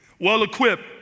well-equipped